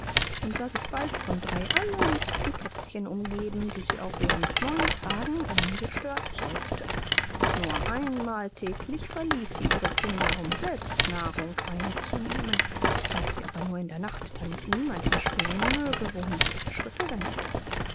und sah sich bald von drei allerliebsten kätzchen umgeben die sie auch während neun tagen ungestört säugte nur ein mal täglich verließ sie ihre kinder um selbst nahrung einzunehmen das that sie aber nur in der nacht damit niemand erspähen möge wohin sie ihre schritte wendete